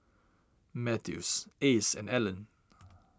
Mathews Ace and Alan